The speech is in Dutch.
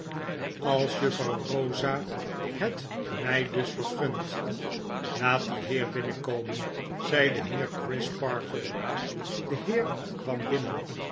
als juffrouw rosa het mg dusvergunt laat dien heer binnenkomen zei de heer crisparkle de heer kwam binnen